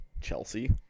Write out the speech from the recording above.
Chelsea